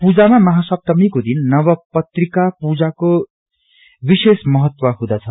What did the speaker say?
पूजामा महा सप्तमीदेखि नवपत्रिाका पूजाको विशेष महत्व हुँदछ